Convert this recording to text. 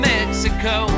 Mexico